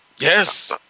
Yes